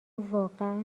واقعا